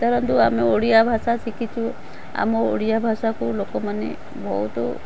ଧରନ୍ତୁ ଆମେ ଓଡ଼ିଆ ଭାଷା ଶିଖିଛୁ ଆମ ଓଡ଼ିଆ ଭାଷାକୁ ଲୋକମାନେ ବହୁତ